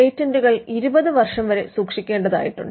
പേറ്റന്റുകൾ 20 വർഷം വരെ സൂക്ഷിക്കേണ്ടതായിട്ടുണ്ട്